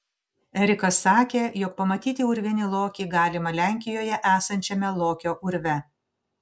erikas sakė jog pamatyti urvinį lokį galima lenkijoje esančiame lokio urve